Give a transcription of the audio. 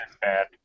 bad